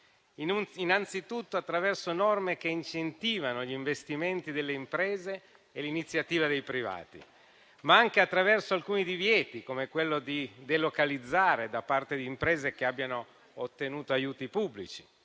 innanzitutto attraverso norme che incentivano gli investimenti delle imprese e l'iniziativa dei privati, ma anche attraverso alcuni divieti, come quello di delocalizzare da parte di imprese che abbiano ottenuto aiuti pubblici.